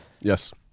yes